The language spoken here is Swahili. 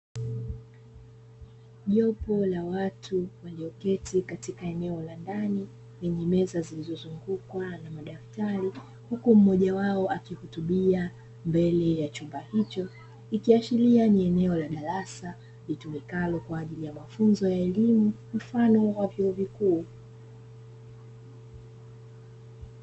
Jopo la watu walioketi katika eneo la ndani, lenye meza zilizozungukwa na madaftari, huku mmoja wao akihutubia mbele ya chumba hicho, ikiashiria ni eneo la darasa litumikalo kwa ajili ya mafunzo ya elimu mfano ya vyuo vikuu.